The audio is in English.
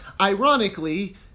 ironically